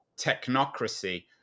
technocracy